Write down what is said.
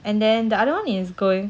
and then the other one is going